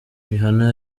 rihanna